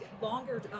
longer